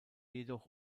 jedoch